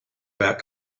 about